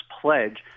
pledge